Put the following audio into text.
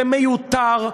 כי זה מיותר,